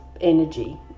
energy